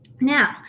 Now